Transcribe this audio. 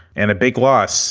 and a big loss